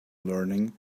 learning